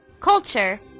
Culture